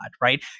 right